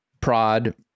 prod